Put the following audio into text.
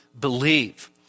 believe